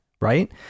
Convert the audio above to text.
right